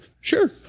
Sure